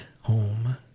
home